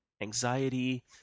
anxiety